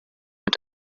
mit